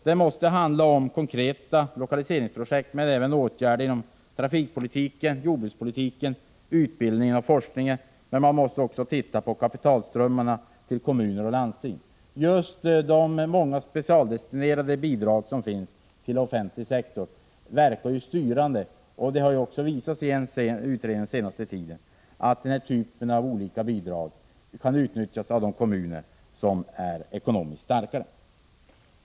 Det måste handla om konkreta lokaliseringsprojekt men även åtgärder inom trafikpolitiken, jordbrukspolitiken, utbildningen och forskningen, men man måste också titta på kapitalströmmarna till kommuner och landsting. Just de många specialdestinerade bidrag som finns för den offentliga sektorn verkar styrande. Det har också visat sig i en utredning på senaste tiden att denna typ av olika bidrag kan utnyttjas av de kommuner som är ekonomiskt starkare.